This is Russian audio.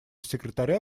секретаря